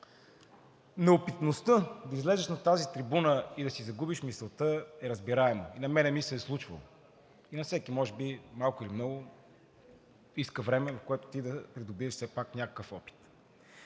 Неопитността да излезеш на тази трибуна и да си загубиш мисълта е разбираемо, и на мен ми се е случвало, и на всеки може би малко или много, иска време, при което ти да придобиеш все пак някакъв опит.